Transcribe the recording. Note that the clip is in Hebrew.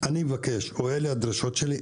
אני מבקש או אלה הדרישות שלי,